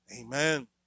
Amen